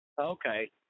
Okay